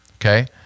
Okay